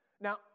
Now